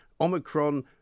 Omicron